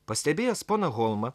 pastebėjęs poną holmą